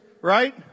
right